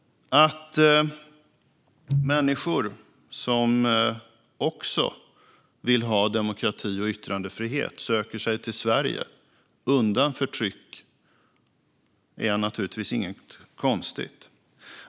Att människor som också vill ha demokrati och yttrandefrihet söker sig till Sverige undan förtryck är naturligtvis inget konstigt.